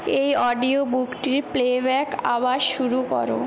এই অডিও বুকটির প্লেব্যাক আবার শুরু করো